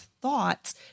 thoughts